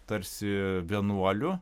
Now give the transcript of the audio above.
tarsi vienuolių